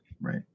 Right